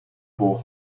four